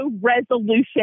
resolution